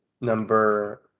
number